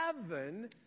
heaven